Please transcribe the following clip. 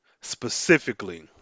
specifically